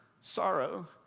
sorrow